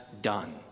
done